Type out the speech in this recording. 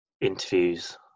interviews